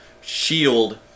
shield